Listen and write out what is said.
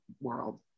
world